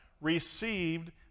received